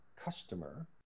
customer